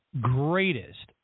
greatest